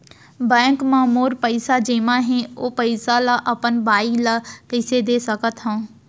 Bank म मोर पइसा जेमा हे, ओ पइसा ला अपन बाई ला कइसे दे सकत हव?